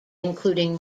including